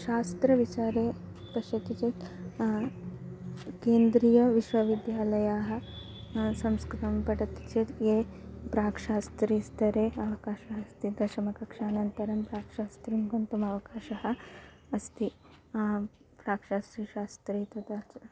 शास्त्रविचारे पश्यति चेत् केन्द्रीयविश्वविद्यालयाः संस्कृतं पठति चेत् ये प्राक्शास्त्रीस्तरे अवकाशः अस्ति दशमकक्षानन्तरं प्राक्शास्त्रीं गन्तुमवकाशः अस्ति प्राक्शास्त्री शास्त्री तथा च